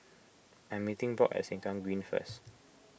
I am meeting Brock at Sengkang Green first